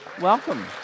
Welcome